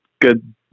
good